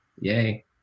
Yay